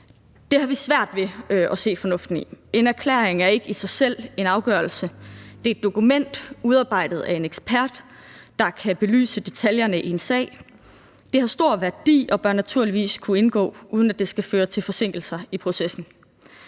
Det har vi svært ved at se fornuften i. En erklæring er ikke i sig selv en afgørelse; det er et dokument udarbejdet af en ekspert, der kan belyse detaljerne i en sag. Det har stor værdi og bør naturligvis kunne indgå, uden at det skal føre til forsinkelser i processen.